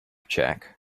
check